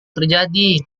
terjadi